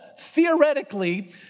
theoretically